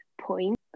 point